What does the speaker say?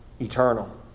eternal